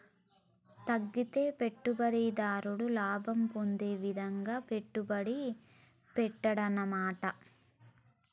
తగ్గితే పెట్టుబడిదారుడు లాభం పొందే విధంగా పెట్టుబడి పెట్టాడన్నమాట